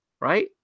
Right